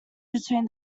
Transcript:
between